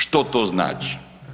Što to znači?